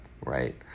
right